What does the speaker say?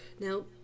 Now